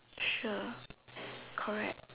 sure correct